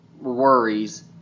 worries